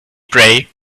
pray